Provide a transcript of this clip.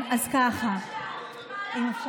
אז ככה, זה מה שאת.